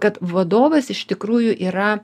kad vadovas iš tikrųjų yra